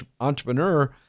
entrepreneur